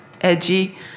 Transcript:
edgy